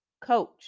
coach